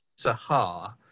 Sahar